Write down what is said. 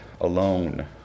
alone